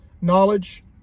knowledge